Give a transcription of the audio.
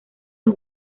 los